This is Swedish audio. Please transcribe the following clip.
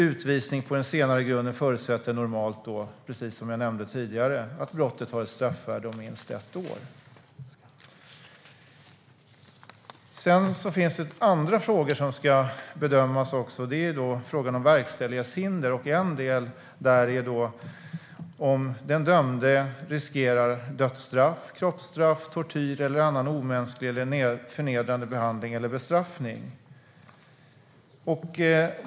Utvisning på den senare grunden förutsätter normalt, precis som jag nämnde tidigare, att brottet har ett straffvärde motsvarande minst ett års fängelse. Det finns även andra frågor som ska bedömas, till exempel frågan om verkställighetshinder. En del där är om den dömde riskerar dödsstraff, kroppsstraff, tortyr eller annan omänsklig eller förnedrande behandling eller bestraffning.